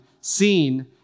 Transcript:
seen